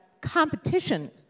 competition